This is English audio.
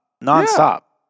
Non-stop